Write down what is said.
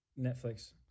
Netflix